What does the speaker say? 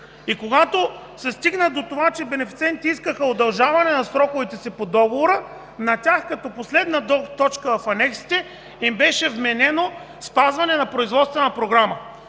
а когато се стигна до това, че бенефициентите искаха удължаване на сроковете по договора, а като последна точка в анексите им беше вменено спазване на производствената програма.